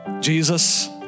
Jesus